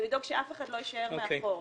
ולדאוג שאף אחד לא יישאר מאחור.